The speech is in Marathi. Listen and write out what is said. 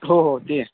हो हो ते आहे